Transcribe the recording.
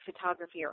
photography